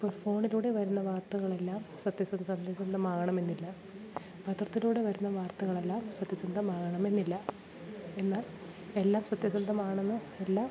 ഇപ്പോള് ഫോണിലൂടെ വരുന്ന വാർത്തകളെല്ലാം സത്യസന്ധ സത്യസന്ധമാകണമെന്നില്ല പത്രത്തിലൂടെ വരുന്ന വാർത്തകളെല്ലാം സത്യസന്ധമാകണമെന്നില്ല എന്നാൽ എല്ലാം സത്യസന്ധമാണെന്ന് എല്ലാം